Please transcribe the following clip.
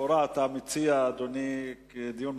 לכאורה אתה מציע דיון במליאה,